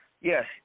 Yes